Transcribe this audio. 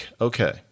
okay